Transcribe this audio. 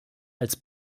als